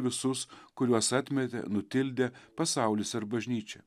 visus kuriuos atmetė nutildė pasaulis ir bažnyčia